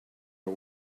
are